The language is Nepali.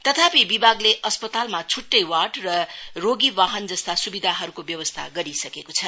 तथापि विभागले अस्पतालमा छुट्टै वार्ड र रोगीवाहन जस्ता सुविधाहरूको व्यवस्था गरिसकेको छ